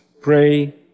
pray